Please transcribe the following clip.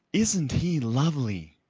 isn't he lovely!